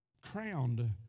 crowned